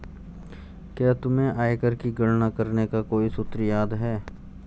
क्या तुम्हें आयकर की गणना करने का कोई सूत्र याद है?